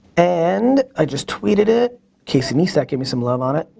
and i just tweeted it casey neistat gave me some love on it.